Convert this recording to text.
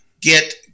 get